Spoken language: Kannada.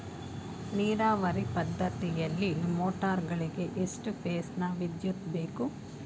ನೀರಾವರಿ ಪದ್ಧತಿಯಲ್ಲಿ ಮೋಟಾರ್ ಗಳಿಗೆ ಎಷ್ಟು ಫೇಸ್ ನ ವಿದ್ಯುತ್ ಬೇಕು?